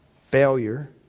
failure